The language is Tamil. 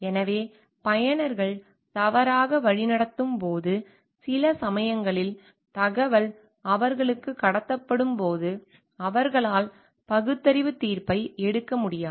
எனவே பயனர்கள் தவறாக வழிநடத்தும் போது சில சமயங்களில் தகவல் அவர்களுக்குக் கடத்தப்படும்போது அவர்களால் பகுத்தறிவுத் தீர்ப்பை எடுக்க முடியாது